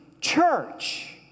church